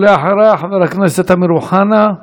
ואחריה, חבר הכנסת אמיר אוחנה,